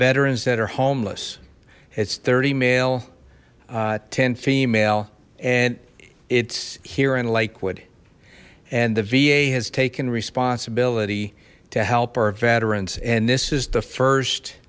veterans that are homeless it's thirty male ten female and it's here in lakewood and the va has taken responsibility to help our veterans and this is the